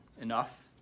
Enough